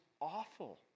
Awful